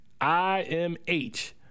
IMH